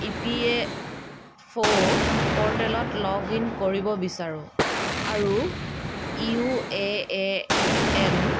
ই P F অ' পেৰ্টেলত log in কৰিব বিচাৰোঁ আৰু ইউ এ এ এন